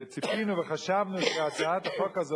וציפינו וחשבנו שהצעת החוק הזאת,